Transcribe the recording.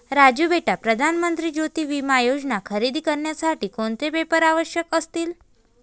राजू बेटा प्रधान मंत्री ज्योती विमा योजना खरेदी करण्यासाठी कोणते पेपर आवश्यक असतील?